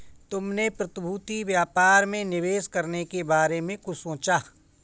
तुमने प्रतिभूति व्यापार में निवेश करने के बारे में कुछ सोचा?